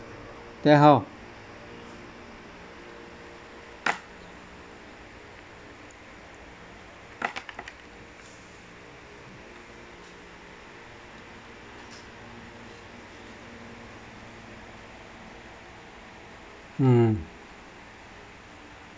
then how mm